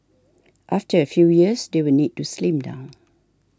after a few years they will need to slim down